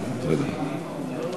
אייכלר.